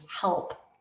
help